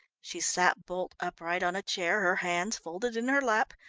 she sat bolt upright on a chair, her hands folded in her lap,